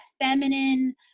feminine